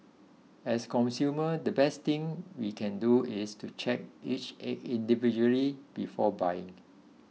as consumers the best thing we can do is to check each egg individually before buying